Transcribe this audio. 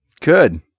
Good